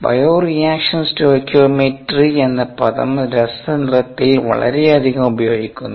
bioreaction stoichiometry എന്ന പദം രസതന്ത്രത്തിൽ വളരെയധികം ഉപയോഗിക്കുന്നു